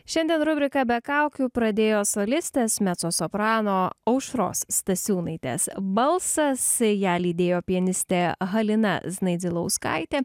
šiandien rubriką be kaukių pradėjo solistės mecosoprano aušros stasiūnaitės balsas ją lydėjo pianistė halina znaidzilauskaitė